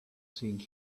think